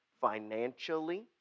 financially